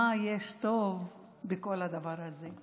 מה יש טוב בכל הדבר הזה?